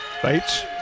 Bates